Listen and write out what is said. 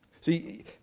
See